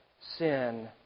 sin